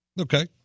Okay